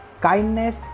kindness